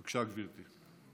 בבקשה, גברתי.